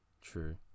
True